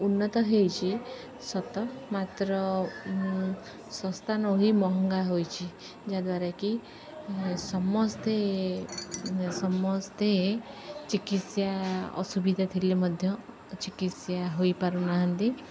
ଉନ୍ନତ ହେଇଛିି ସତ ମାତ୍ର ଶସ୍ତା ନହୋଇ ମହଙ୍ଗା ହୋଇଛିି ଯାହାଦ୍ୱାରା କିି ସମସ୍ତେ ସମସ୍ତେ ଚିକିତ୍ସା ଅସୁବିଧା ଥିଲେ ମଧ୍ୟ ଚିକିତ୍ସା ହୋଇପାରୁନାହାନ୍ତି